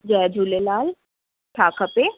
जय झूलेलाल छा खपे